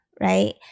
right